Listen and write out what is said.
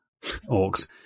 orcs